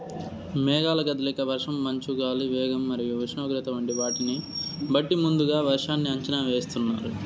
మేఘాల కదలిక, వర్షం, మంచు, గాలి వేగం మరియు ఉష్ణోగ్రత వంటి వాటిని బట్టి ముందుగా వర్షాన్ని అంచనా వేస్తున్నారు